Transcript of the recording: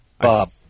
Bob